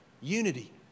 unity